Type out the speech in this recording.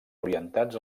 orientats